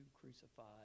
crucified